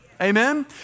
Amen